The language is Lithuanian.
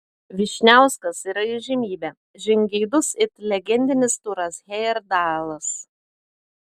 vyšniauskas yra įžymybė žingeidus it legendinis turas hejerdalas